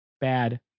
bad